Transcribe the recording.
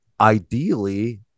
ideally